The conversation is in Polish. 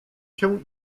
się